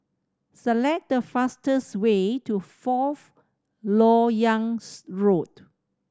select the fastest way to Fourth Lok Yang's Road